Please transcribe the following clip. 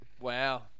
Wow